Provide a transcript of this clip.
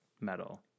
metal